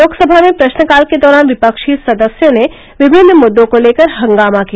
लोकसभा में प्रश्नकाल के दौरान विफ्षी सदस्यों ने विभिन्न मुद्दों को लेकर हंगामा किया